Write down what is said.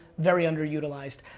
very under utilized.